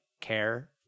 care